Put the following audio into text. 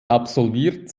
absolviert